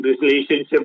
relationship